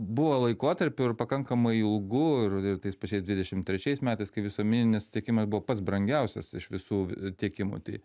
buvo laikotarpių pakankamai ilgų ir ir tais pačiais dvidešimt trečiais metais kai visuomeninis tiekimas buvo pats brangiausias iš visų tiekimų tai